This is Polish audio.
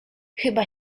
chyba